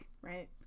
right